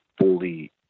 fully